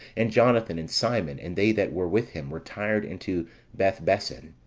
and jonathan, and simon, and they that were with him, retired into bethbessen,